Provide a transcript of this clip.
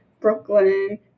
Brooklyn